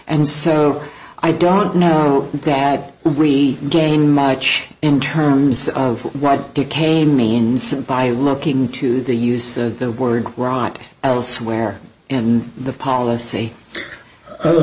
and so i don't know that we gain much in terms of what he came means by looking to the use of the word rot elsewhere in the policy o